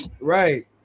Right